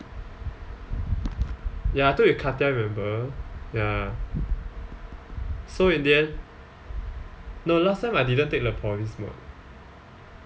ya I took with kathiar remember ya so in the end no last sem I didn't take la porri's mod